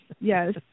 Yes